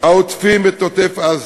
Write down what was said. העוטפים את עוטף-עזה,